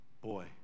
boy